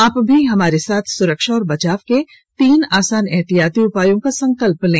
आप भी हमारे साथ सुरक्षा और बचाव के तीन आसान एहतियाती उपायों का संकल्प लें